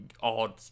odd